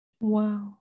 Wow